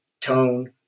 tone